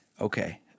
okay